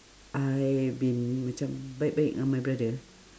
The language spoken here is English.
I been macam baik baik ngan my brother